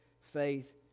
faith